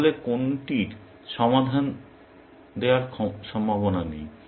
তাহলে কোনটির সমাধান দেওয়ার সম্ভাবনা নেই